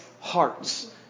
hearts